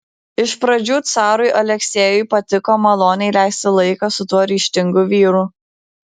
iš pradžių carui aleksejui patiko maloniai leisti laiką su tuo ryžtingu vyru